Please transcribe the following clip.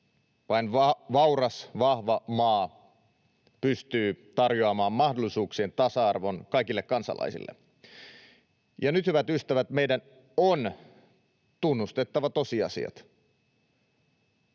Vain vauras, vahva maa pystyy tarjoamaan mahdollisuuksien tasa-arvon kaikille kansalaisille. Ja nyt, hyvät ystävät, meidän on tunnustettava tosiasiat.